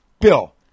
bill